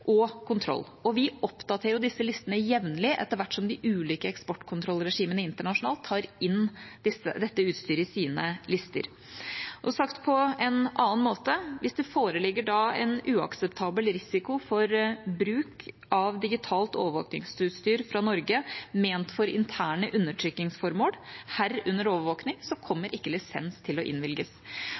og kontroll. Vi oppdaterer disse listene jevnlig etter hvert som de ulike eksportkontrollregimene internasjonalt tar inn dette utstyret i sine lister. Sagt på en annen måte: Hvis det foreligger en uakseptabel risiko for bruk av digitalt overvåkningsutstyr fra Norge ment for interne undertrykkingsformål, herunder overvåkning, kommer ikke lisens til å innvilges.